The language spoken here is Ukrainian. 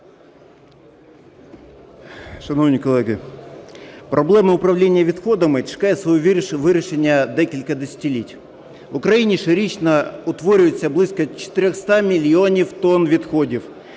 Шановні колеги, проблема управління відходами чекає свого вирішення декілька десятиліть. В Україні щорічно утворюється близько 400 мільйонів тон відходів.